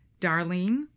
Darlene